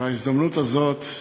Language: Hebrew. בהזדמנות הזאת,